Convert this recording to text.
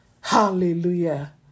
Hallelujah